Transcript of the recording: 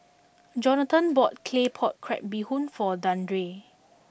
Johnathon bought Claypot Crab Bee Hoon Soup for Deandre